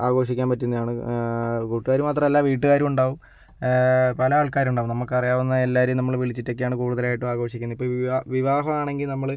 ആഘോഷിക്കാൻ പറ്റുന്നതാണ് കൂട്ടുകാർ മാത്രമല്ല വീട്ടുകാരും ഉണ്ടാവും പല ആൾക്കാരും ഉണ്ടാവും നമുക്ക് അറിയാവുന്ന എല്ലാവരേയും നമ്മൾ വിളിച്ചിട്ടൊക്കെയാണ് കൂടുതലായിട്ടും ആഘോഷിക്കുന്നത് ഇപ്പോൾ വിവാഹമാണെങ്കിൽ നമ്മൾ